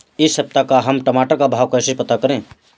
इस सप्ताह का हम टमाटर का भाव कैसे पता करें?